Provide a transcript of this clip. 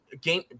game